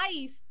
ICE